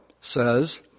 says